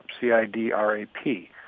C-I-D-R-A-P